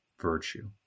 virtue